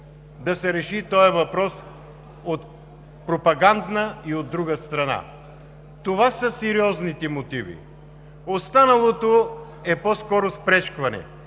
да се реши този въпрос от пропагандна и от друга страна. Това са сериозните мотиви, останалото е по-скоро спречкване